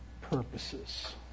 purposes